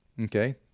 Okay